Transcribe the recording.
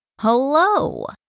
Hello